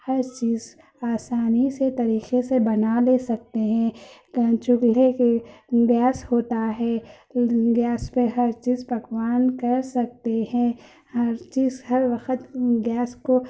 ہر چیز آسانی سے طریقے سے بنا لے سکتے ہیں چولہے کے گیس ہوتا ہے گیس پہ ہر چیز پکوان کر سکتے ہیں ہر چیز ہر وقت گیس کو